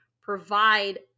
provide